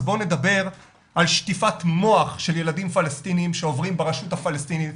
אז בואו נדבר על שטיפת מוח של ילדים פלסטינים שעוברים ברשות הפלסטינית,